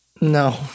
No